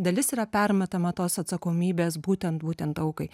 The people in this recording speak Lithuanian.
dalis yra permetama tos atsakomybės būtent būtent aukai